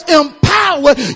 empowered